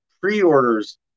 pre-orders